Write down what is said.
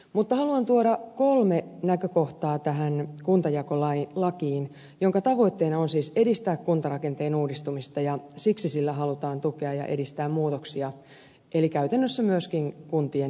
mutta haluan tuoda kolme näkökohtaa tähän kuntajakolakiin jonka tavoitteena on siis edistää kuntarakenteen uudistumista ja siksi sillä halutaan tukea ja edistää muutoksia eli käytännössä myöskin kuntien yhdistymisiä